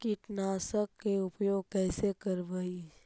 कीटनाशक के उपयोग कैसे करबइ?